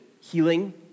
healing